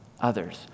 others